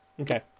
Okay